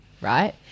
right